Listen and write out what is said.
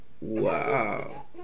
wow